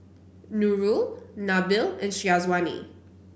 Nurul Nabil and Syazwani